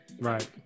Right